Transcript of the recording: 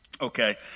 Okay